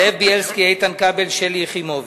זאב בילסקי, איתן כבל ושלי יחימוביץ.